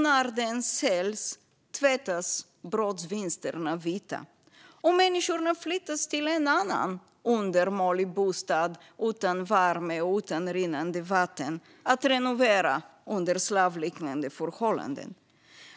När den säljs tvättas brottsvinsterna vita, och människorna flyttas till en annan undermålig bostad utan värme och rinnande vatten att renovera under slavliknande förhållanden.